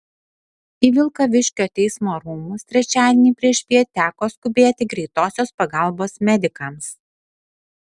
į vilkaviškio teismo rūmus trečiadienį priešpiet teko skubėti greitosios pagalbos medikams